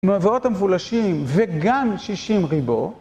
מעברות המפולשים וגם שישים ריבוא.